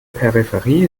peripherie